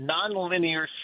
Nonlinear